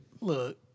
look